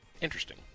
interesting